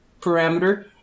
parameter